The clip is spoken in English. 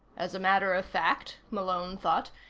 as a matter of fact, malone thought,